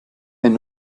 wenn